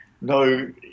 no